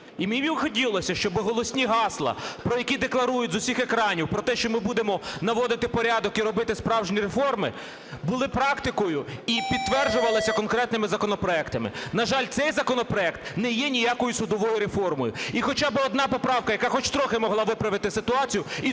І мені б хотілося, щоб голосні гасла, про які декларують з усіх екранів про те, що ми будемо наводити порядок і робити справжні реформи, були практикою і підтверджувалися конкретними законопроектами. На жаль, цей законопроект не є ніякою судовою реформою. І хоча би одна поправка, яка би хоч трохи могла виправити ситуацію,